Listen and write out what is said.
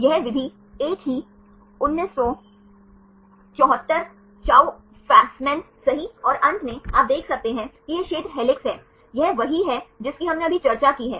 यह विधि एक ही 1974 चाउ फेसमैन सही और अंत में आप देख सकते हैं कि यह क्षेत्र हेलिक्स है यह वही है जिसकी हमने अभी चर्चा की है